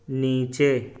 نیچے